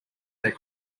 their